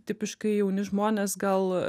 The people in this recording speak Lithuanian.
tipiškai jauni žmonės gal